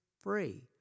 free